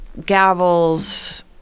gavels